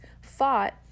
fought